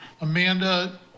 Amanda